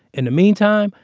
in the meantime,